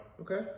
Okay